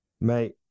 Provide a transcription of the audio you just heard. Mate